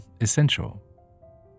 essential